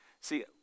See